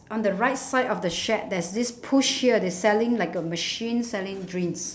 on the right side of the shed there's this push here they selling like a machine selling drinks